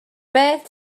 beth